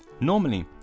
Normally